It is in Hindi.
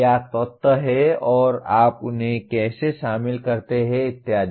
क्या तत्व हैं और आप उन्हें कैसे शामिल करते हैं इत्यादि